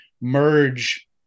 merge